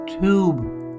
tube